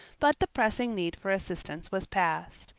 but the pressing need for assistance was past.